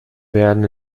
werden